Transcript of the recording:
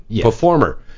performer